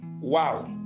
Wow